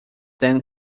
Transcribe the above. then